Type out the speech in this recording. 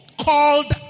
called